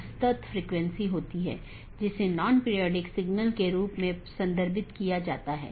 वास्तव में हमने इस बात पर थोड़ी चर्चा की कि विभिन्न प्रकार के BGP प्रारूप क्या हैं और यह अपडेट क्या है